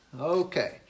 Okay